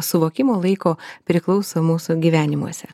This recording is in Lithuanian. suvokimo laiko priklauso mūsų gyvenimuose